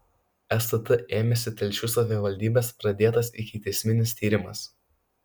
stt ėmėsi telšių savivaldybės pradėtas ikiteisminis tyrimas